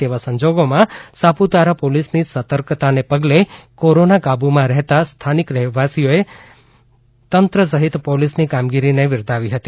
તેવા સંજોગોમાં સાપુતારા પોલીસની સતર્કતાને પગલે કોરોના કાબુમાં રહેતા સ્થાનિક રહેવાસીઓ સહિત તંત્રએ પોલીસની કામગીરીને બિરદાવી હતી